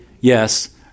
yes